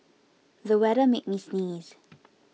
the weather made me sneeze